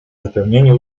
wypełnienie